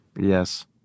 Yes